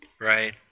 Right